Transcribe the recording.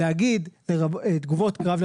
להגיד לרבות תגובות קרב,